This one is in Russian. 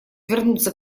вернуться